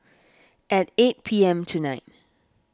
at eight P M tonight